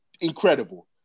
incredible